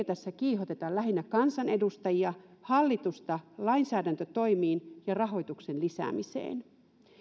tässä kiihoteta lähinnä kansanedustajia hallitusta lainsäädäntötoimiin ja rahoituksen lisäämiseen